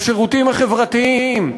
בשירותים החברתיים,